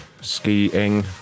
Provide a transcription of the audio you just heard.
skiing